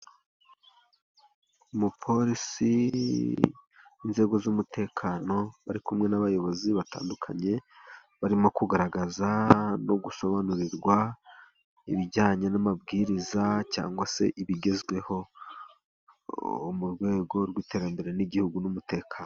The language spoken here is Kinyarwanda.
Umupolisi n'inzego z'umutekano bari kumwe n'abayobozi batandukanye, barimo kugaragaza no gusobanurirwa ibijyanye n'amabwiriza, cyangwa se ibigezweho, mu rwego rw'iterambere ry'igihugu n'umutekano.